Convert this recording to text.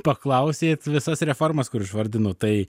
paklausėt visas reformas kur išvardinot tai